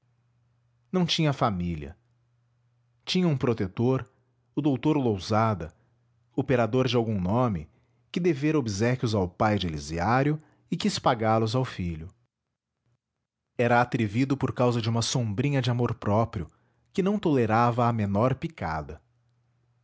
não tinha família tinha um protetor o dr lousada operador de algum nome que devera obséquios ao pai de elisiário e quis pagá los ao filho era atrevido por causa de uma sombrinha de amor-próprio que não tolerava a menor picada